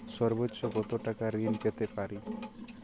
সর্বোচ্চ কত টাকা ঋণ পেতে পারি?